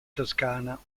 toscana